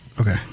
okay